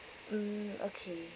mm okay